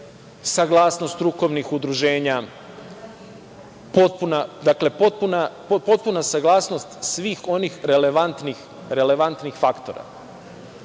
saglasnost strukovnih udruženja, potpuna saglasnost svih onih relevantnih faktora